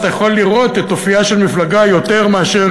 אתה יכול לראות את אופייה של מפלגה יותר מאשר